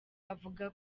avuga